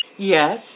Yes